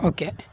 okay